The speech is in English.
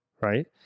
right